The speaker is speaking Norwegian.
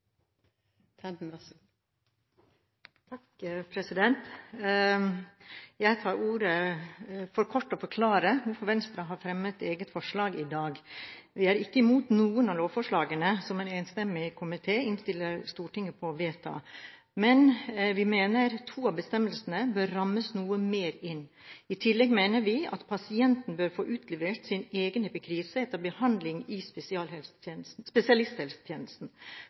ikke imot noen av lovforslagene som en enstemmig komité innstiller til Stortinget å vedta, men vi mener to av bestemmelsene bør rammes noe mer inn. I tillegg mener vi at pasienten bør få utlevert sin egen epikrise etter behandling i spesialisthelsetjenesten.